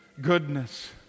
goodness